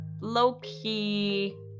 Low-key